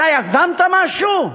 אתה יזמת משהו?